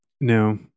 No